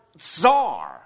czar